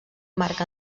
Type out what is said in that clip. marc